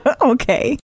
Okay